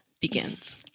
begins